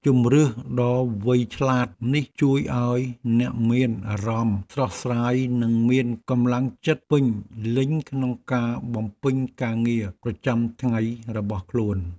ជម្រើសដ៏វៃឆ្លាតនេះជួយឱ្យអ្នកមានអារម្មណ៍ស្រស់ស្រាយនិងមានកម្លាំងចិត្តពេញលេញក្នុងការបំពេញការងារប្រចាំថ្ងៃរបស់ខ្លួន។